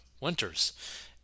winters